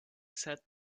sat